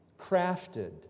Crafted